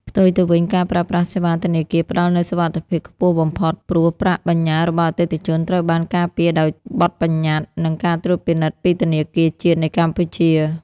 ផ្ទុយទៅវិញ ការប្រើប្រាស់សេវាធនាគារផ្ដល់នូវសុវត្ថិភាពខ្ពស់បំផុត ព្រោះប្រាក់បញ្ញើរបស់អតិថិជនត្រូវបានការពារដោយបទប្បញ្ញត្តិ និងការត្រួតពិនិត្យពីធនាគារជាតិនៃកម្ពុជា។